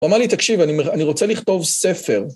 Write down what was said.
הוא אמר לי תקשיב אני רוצה לכתוב ספר